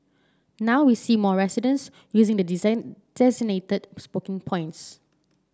now we see more residents using the designated points